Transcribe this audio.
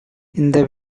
இந்த